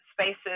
spaces